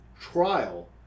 Trial